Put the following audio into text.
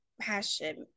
passion